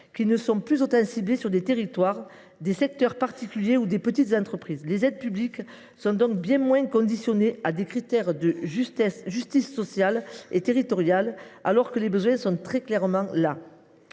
qui ne sont plus autant ciblés sur des territoires, des secteurs particuliers ou de petites entreprises. Les aides publiques sont donc bien moins conditionnées au respect de critères de justice sociale et territoriale, alors que les besoins sont très clairement là.